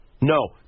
No